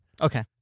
Okay